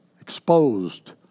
exposed